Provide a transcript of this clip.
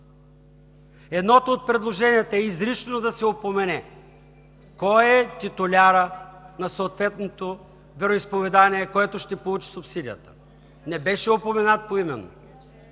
Едно от предложенията е изрично да се упомене кой е титулярът на съответното вероизповедание, което ще получи субсидията – не беше упоменат поименно.